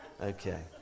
Okay